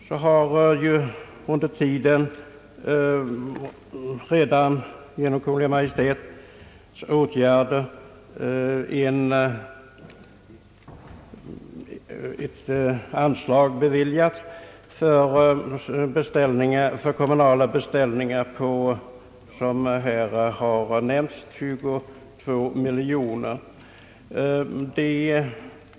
Under den tid som gått sedan motionerna väcktes har på Kungl. Maj:ts initiativ ett anslag beviljats för kommunala beställningar på, som här har nämnts, 22 miljoner kronor.